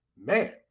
man